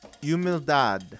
Humildad